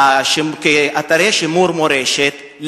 כאתרי שימור מורשת,